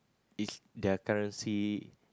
it's their currency